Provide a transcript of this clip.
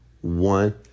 one